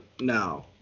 No